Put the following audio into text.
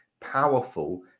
powerful